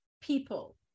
people